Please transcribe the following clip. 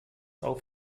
auf